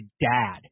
dad